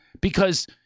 because-